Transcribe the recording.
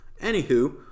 Anywho